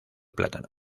plátano